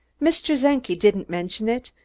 mr. czenki didn't mention it,